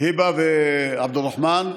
היבא ועבד א-רחמן,